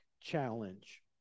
challenge